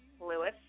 Lewis